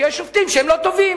שיש שופטים שהם לא טובים.